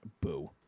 Boo